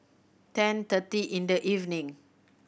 ten thirty in the evening